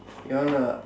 you wanna